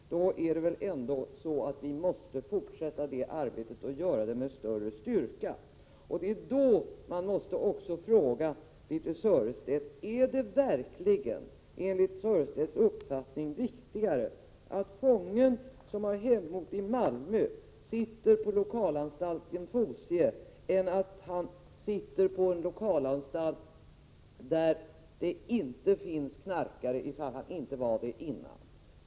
Då — 28 april 1988 måste vi väl fortsätta detta arbete, och vi måste göra det med större styrka än hittills. Jag måste fråga: Är det verkligen enligt Birthe Sörestedts uppfattning viktigare att. den fånge som har Malmö som sin hemort sitter på lokalanstalten Fosie än att han sitter på en lokalanstalt där det inte finns knarkare — ifall han nu inte själv redan är det?